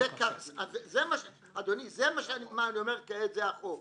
מה שאני אומר כעת, זה החוק.